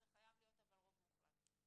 אבל זה חייב להיות רוב מוחלט.